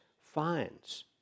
finds